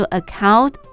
account